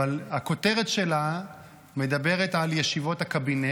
אבל הכותרת שלה מדברת על ישיבות הקבינט